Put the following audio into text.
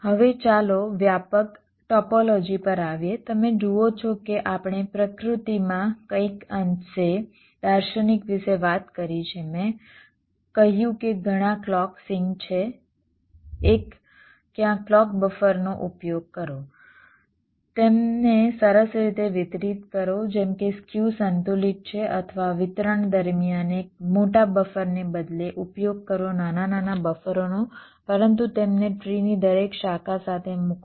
હવે ચાલો વ્યાપક ટોપોલોજી પર આવીએ તમે જુઓ છો કે આપણે પ્રકૃતિમાં કંઈક અંશે દાર્શનિક વિશે વાત કરી છે મેં કહ્યું કે ઘણા ક્લૉક સિંક છે એક ક્યાં ક્લૉક બફરનો ઉપયોગ કરો તેમને સરસ રીતે વિતરિત કરો જેમ કે સ્ક્યુ સંતુલિત છે અથવા વિતરણ દરમિયાન એક મોટા બફરને બદલે ઉપયોગ કરો નાના નાના બફરોનો પરંતુ તેમને ટ્રીની દરેક શાખા સાથે મૂકો